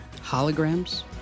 Holograms